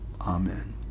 Amen